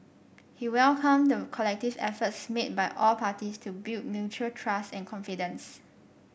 he welcomed the collective efforts made by all parties to build mutual trust and confidence